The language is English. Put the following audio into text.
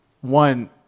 one